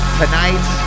tonight